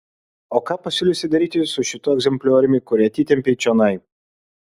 o ką pasiūlysi daryti su šituo egzemplioriumi kurį atitempei čionai